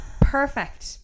perfect